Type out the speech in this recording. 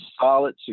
solid